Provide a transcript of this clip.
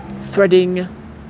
threading